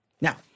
Now